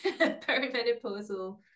perimenopausal